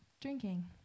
drinking